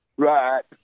Right